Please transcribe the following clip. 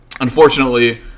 Unfortunately